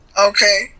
okay